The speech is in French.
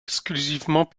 exclusivement